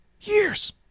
years